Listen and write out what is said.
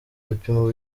ibipimo